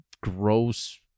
gross